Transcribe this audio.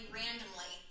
randomly